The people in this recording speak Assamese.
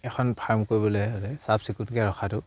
এখন ফাৰ্ম কৰিবলৈ হ'লে চাফ চিকুটকে ৰখাটো